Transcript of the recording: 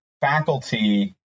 faculty